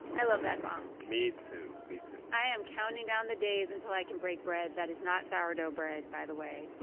i love that song me too. me too i am counting down the days until i can break bread that is not sourdough bread, by the way